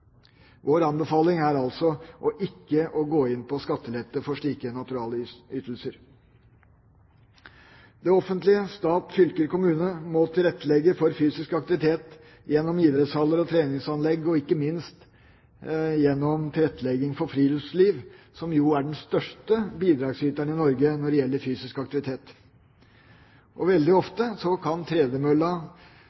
Vår anbefaling er altså å ikke gå inn på skattelette for slike naturalytelser. Det offentlige – stat, fylker og kommuner – må tilrettelegge for fysisk aktivitet gjennom idrettshaller og treningsanlegg og, ikke minst, gjennom tilrettelegging for friluftsliv, som jo er den største bidragsyteren i Norge når det gjelder fysisk aktivitet. Veldig